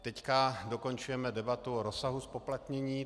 Teď dokončujeme debatu o rozsahu zpoplatnění.